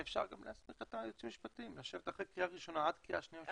אפשר ללכת לקריאה ראשונה ואחר כך לשבת עד קריאה שנייה ושלישית.